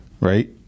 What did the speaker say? right